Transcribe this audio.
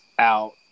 out